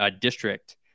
district